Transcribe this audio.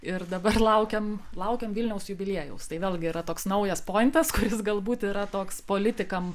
ir dabar laukiam laukiam vilniaus jubiliejaus tai vėlgi yra toks naujas paintas kuris galbūt yra toks politikam